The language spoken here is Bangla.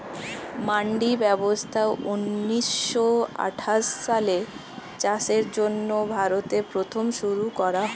মান্ডি ব্যবস্থা ঊন্নিশো আঠাশ সালে চাষের জন্য ভারতে প্রথম শুরু করা হয়